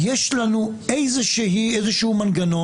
גלעד, אני קורא אותך לסדר פעם שנייה.